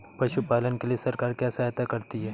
पशु पालन के लिए सरकार क्या सहायता करती है?